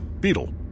Beetle